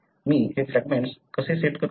मी हे फ्रॅगमेंट्स कसे कट करू